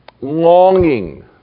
longing